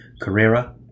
Carrera